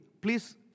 please